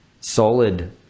solid